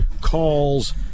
calls